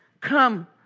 come